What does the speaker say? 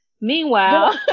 Meanwhile